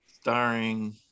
starring